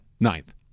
ninth